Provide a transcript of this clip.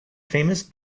famous